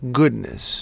goodness